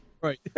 Right